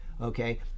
Okay